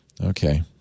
okay